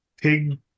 pig